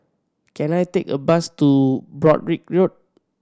can I take a bus to Broadrick Road